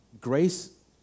grace